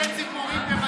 אלקין, שתי ציפורים במכה